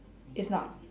it's not